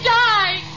die